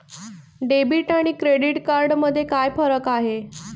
Debit आणि credit card मध्ये काय फरक आहे?